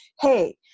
hey